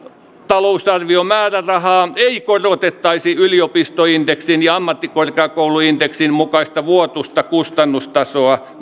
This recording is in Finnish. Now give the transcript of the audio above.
talousarviomäärärahaa ei korotettaisi yliopistoindeksin ja ammattikorkeakouluindeksin mukaista vuotuista kustannustasoa